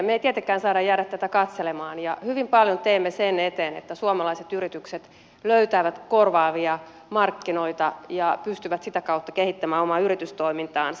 me emme tietenkään saa jäädä tätä katselemaan ja hyvin paljon teemme sen eteen että suomalaiset yritykset löytävät korvaavia markkinoita ja pystyvät sitä kautta kehittämään omaa yritystoimintaansa